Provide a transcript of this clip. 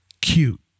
cute